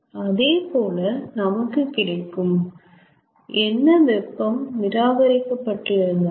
அதேபோல நமக்கு கிடைக்கும் என்ன வெப்பம் நிராகரிக்கப்பட்டு இருந்தாலும்